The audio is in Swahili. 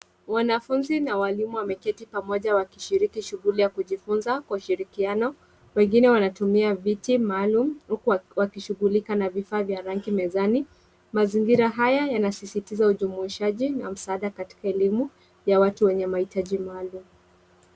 Wanafunzi na walimu wameketi pamoja wakishiriki shughuli ya kujifunza kwa ushirikiano. Wengine wanatumia viti maalum huku wakishughulika na vifaa vya rangi mezani. Mazingira haya yanasisitiza ujumuishaji na msaada katika elimu ya watu wenye mahitaji maalum.